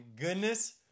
goodness